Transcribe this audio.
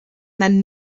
then